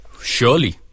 Surely